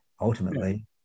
ultimately